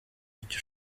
icyo